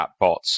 chatbots